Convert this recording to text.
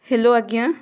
hello ଆଜ୍ଞା